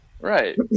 Right